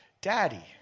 Daddy